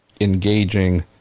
engaging